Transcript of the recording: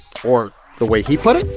or, the way he put it.